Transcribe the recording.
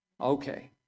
Okay